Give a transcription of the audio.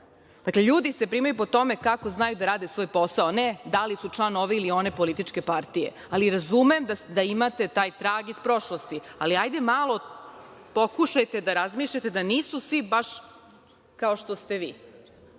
vodim. Dakle, ljudi se primaju po tome kako znaju da rade svoj posao, a ne da li su član ove ili one političke partije. Razumem da imate taj trag iz prošlosti, ali hajde malo pokušajte da razmišljate da nisu svi baš kao što ste vi.